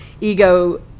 ego